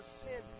sin